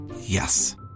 Yes